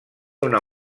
una